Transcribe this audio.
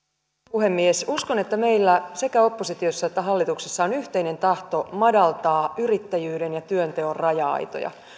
puhemies uskon että meillä sekä oppositiossa että hallituksessa on yhteinen tahto madaltaa yrittäjyyden ja työnteon raja aitoja